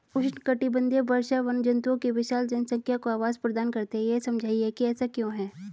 उष्णकटिबंधीय वर्षावन जंतुओं की विशाल जनसंख्या को आवास प्रदान करते हैं यह समझाइए कि ऐसा क्यों है?